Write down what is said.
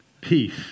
Peace